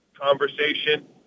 conversation